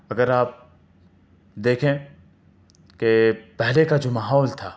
اگر آپ دیکھیں کہ پہلے کا جو ماحول تھا